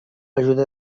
ajuda